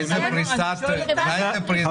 לא מדובר על רכש חיסונים.